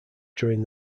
during